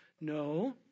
no